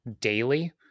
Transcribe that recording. daily